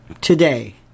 today